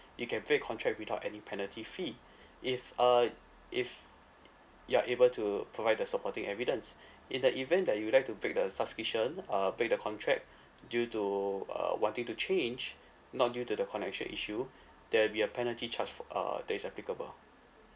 you can break contract without any penalty fee if uh if you are able to provide the supporting evidence in the event that you would like to break the subscription uh break the contract due to uh wanting to change not due to the connection issue there'll be a penalty charge for uh that is applicable